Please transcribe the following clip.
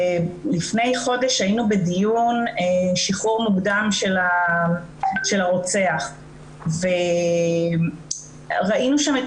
לפני חודש היינו בדיון שחרור מוקדם של הרוצח וראינו שם את